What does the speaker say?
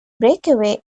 breakaway